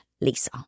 Lisa